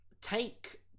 take